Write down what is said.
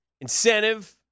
incentive